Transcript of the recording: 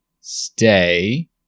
stay